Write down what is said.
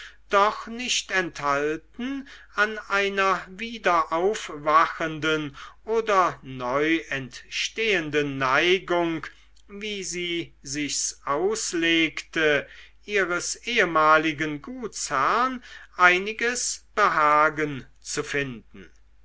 doch nicht enthalten an einer wiederaufwachenden oder neuentstehenden neigung wie sie sich's auslegte ihres ehemaligen gutsherrn einiges behagen zu finden